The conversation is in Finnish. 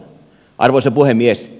arvoisa puhemies